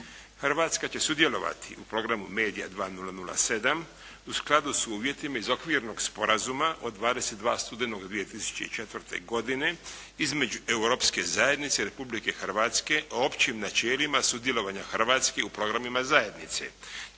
Hrvatska će sudjelovati u Programu Media 2007. u skladu s uvjetima iz okvirnog sporazuma od 22. studenog 2004. godine između Europske zajednice i Republike Hrvatske o općim načelima sudjelovanja Hrvatske u programima zajednice,